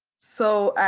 so,